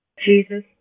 Jesus